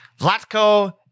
Vlatko